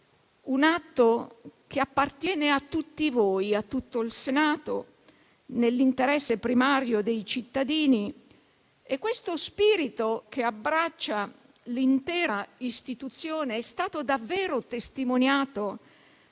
dovuto, che appartiene a tutti noi, a tutto il Senato, nell'interesse primario dei cittadini. Questo spirito che abbraccia l'intera istituzione è stato davvero testimoniato